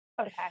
Okay